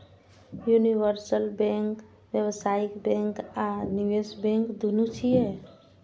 universal bank व्यावसायिक bank आ निवेश बैंक, दुनू छियै